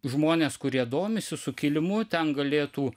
žmonės kurie domisi sukilimu ten galėtų